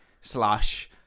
slash